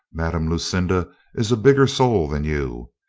madame lucinda is a bigger soul than you.